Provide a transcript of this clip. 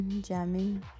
jamming